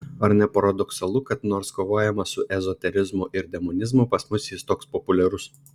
ar ne paradoksalu kad nors kovojama su ezoterizmu ir demonizmu pas mus jis toks populiarus